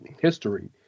history